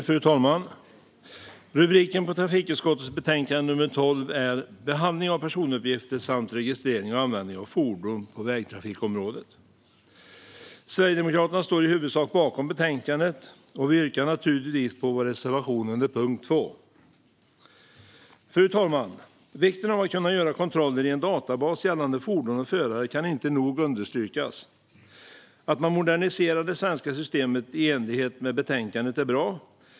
Fru talman! Titeln på trafikutskottets betänkande 12 är Behandling av personuppgifter samt registrering och användning av fordon på vägtrafikområdet . Sverigedemokraterna står i huvudsak bakom betänkandet, och jag yrkar naturligtvis bifall till vår reservation i betänkandet under punkt 2. Fru talman! Vikten av att kunna göra kontroller i en databas gällande fordon och förare kan inte nog understrykas. Att man moderniserar det svenska systemet i enlighet med betänkandet är bra.